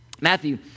Matthew